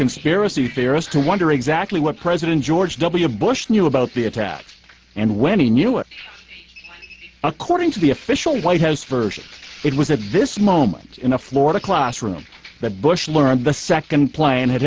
conspiracy theorist to wonder exactly what president george w bush knew about the attack and when he knew it according to the official white house version it was at this moment in a florida classroom that bush learned the second plane had